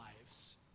lives